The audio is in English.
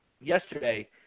yesterday